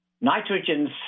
Nitrogen's